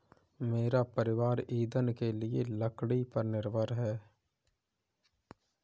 मेरा परिवार ईंधन के लिए लकड़ी पर निर्भर है